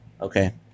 okay